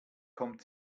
kommt